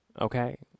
Okay